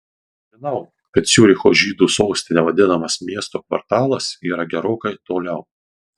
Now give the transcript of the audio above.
žinau kad ciuricho žydų sostine vadinamas miesto kvartalas yra gerokai toliau